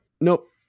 Nope